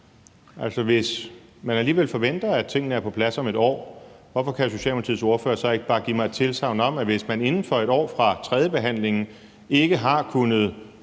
Hvis man alligevel forventer, at tingene er på plads om et år, hvorfor kan Socialdemokratiets ordfører så ikke bare give mig et tilsagn om, at hvis man inden for et år fra tredjebehandlingen ikke har kunnet